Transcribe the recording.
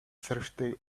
thursday